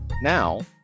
Now